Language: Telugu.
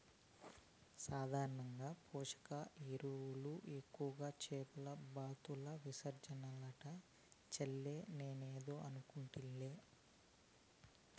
సాధారణంగా పోషక ఎరువులు ఎక్కువగా చేపల బాతుల విసర్జనలంట చెల్లే నేనేదో అనుకుంటిలే